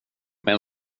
med